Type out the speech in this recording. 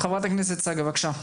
ח"כ צגה בבקשה.